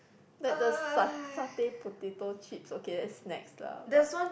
like the sa~ satay potato chips okay that's snacks lah but